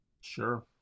Sure